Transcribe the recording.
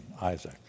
Isaac